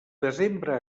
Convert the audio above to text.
desembre